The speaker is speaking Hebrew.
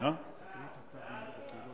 אני סומך עליך.